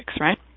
right